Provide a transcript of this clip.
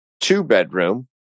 two-bedroom